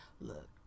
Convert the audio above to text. look